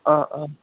অঁ অঁ